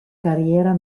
carriera